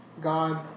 God